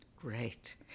Great